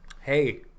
hey